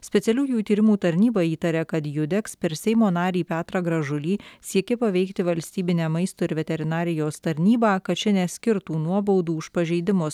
specialiųjų tyrimų tarnyba įtaria kad judeks per seimo narį petrą gražulį siekė paveikti valstybinę maisto ir veterinarijos tarnybą kad ši neskirtų nuobaudų už pažeidimus